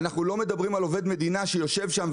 ואנחנו לא מדברים על עובד מדינה שיושב שם,